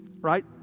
right